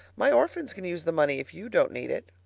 my orphans can use the money if you don't need it.